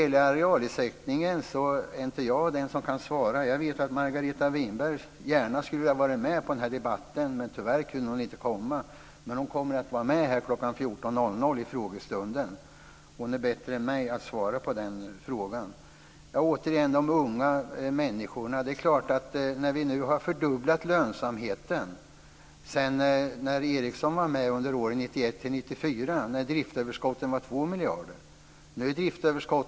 Jag är inte den som kan svara när det gäller arealersättningen men jag vet att Margareta Winberg gärna hade velat vara med i den här debatten. Tyvärr kunde hon inte komma men hon kommer att delta under kammarens frågestund kl. 14 i dag. Hon är bättre än jag på att svara på frågan om arealersättningen. Sedan har vi återigen frågan om de unga människorna. Sedan åren 1991-1994, då Ingvar Eriksson var med, har vi fördubblat lönsamheten. Då hade vi 2 miljarder i driftsöverskott.